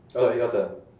alright your turn